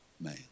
man